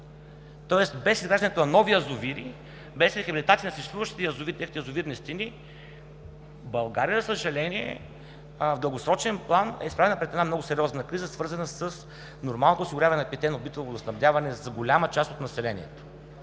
Тоест без изграждането на нови язовири, без рехабилитация на съществуващите язовирни стени България, за съжаление, в дългосрочен план е изправена пред една много сериозна криза, свързана с нормалното осигуряване на питейно битово водоснабдяване за голяма част от населението.